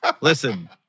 Listen